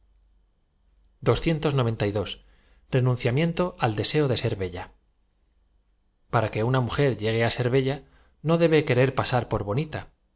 excepción enunciamiento a l deseo de ser bella p ara que una mujer llegue á ser bella no debe querer pasar por bonita